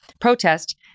Protest